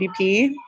GDP